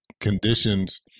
conditions